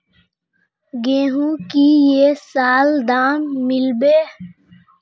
गेंहू की ये साल दाम मिलबे बे?